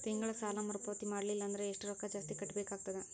ತಿಂಗಳ ಸಾಲಾ ಮರು ಪಾವತಿ ಮಾಡಲಿಲ್ಲ ಅಂದರ ಎಷ್ಟ ರೊಕ್ಕ ಜಾಸ್ತಿ ಕಟ್ಟಬೇಕಾಗತದ?